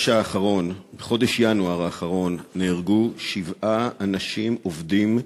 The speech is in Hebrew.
בחודש ינואר האחרון נהרגו שבעה אנשים, עובדים,